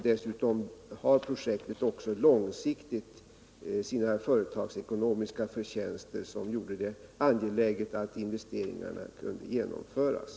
Dessutom har projektet också långsiktigt sina företagsekonomiska förtjänster. Detta gjorde det angeläget att genomföra investeringarna.